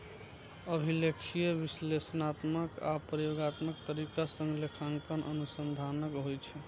अभिलेखीय, विश्लेषणात्मक आ प्रयोगात्मक तरीका सं लेखांकन अनुसंधानक होइ छै